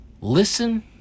listen